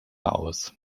aus